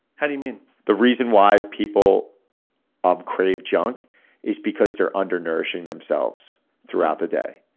how do you mean the reason why people um crave junk is because they're under nourishing themselves throughout the day.